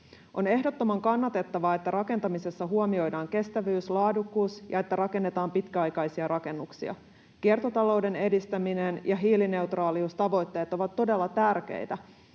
On ehdottoman kannatettavaa, että rakentamisessa huomioidaan kestävyys, laadukkuus ja että rakennetaan pitkäaikaisia rakennuksia. Kiertotalouden edistäminen ja hiilineutraaliustavoitteet ovat todella tärkeitä,